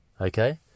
okay